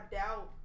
doubt